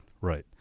right